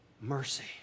Mercy